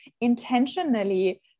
intentionally